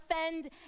offend